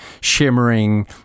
shimmering